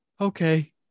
okay